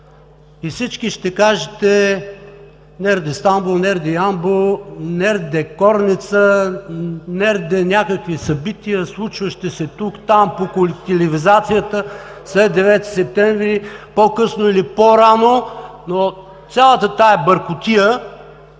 Всички ще кажете – нерде Стамбул, нерде Ямбол, нерде Корница, нерде някакви събития, случващи се тук, там, по колективизацията, след 9 септември, по-късно или по-рано. Цялата тази бъркотия